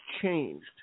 changed